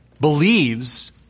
believes